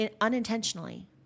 unintentionally